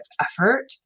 effort